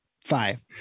five